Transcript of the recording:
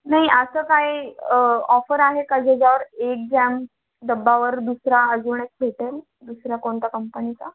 नाही असं काही ऑफर आहे का ज्याच्यावर एक जॅम डब्यावर दुसरा अजून एक भेटेल दुसरा कोणता कंपनीचा